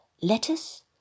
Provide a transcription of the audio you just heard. lettuce